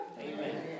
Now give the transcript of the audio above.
Amen